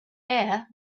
air